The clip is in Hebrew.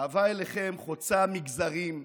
האהבה אליכם חוצה מגזרים,